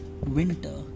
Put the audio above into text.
winter